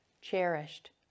cherished